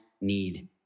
need